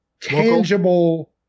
tangible